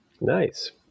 Nice